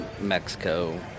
Mexico